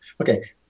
Okay